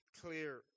clear